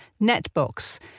netbox